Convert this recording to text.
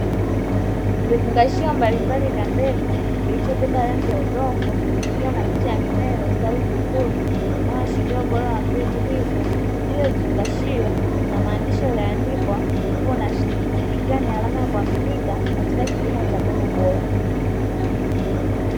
Vifungashio mbalimbali vya mbegu kilichobeba rangi ya udongo ikiwa ina picha ya mimea iliyostawi vizuri inayoashiria ubora wa mbegu hizo. Juu ya vifungashio kuna maandishi yaliyoandikwa "Vuna Seed" ikiwa ni alama ya kuaminika katika kilimo cha mbegu bora.